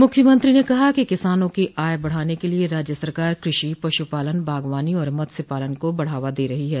मुख्यमंत्री ने कहा कि किसानों की आय बढ़ाने के लिये राज्य सरकार कृषि पश्पालन बागवानी और मत्स्य पालन को बढ़ावा दे रही है